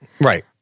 Right